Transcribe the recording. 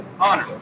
honor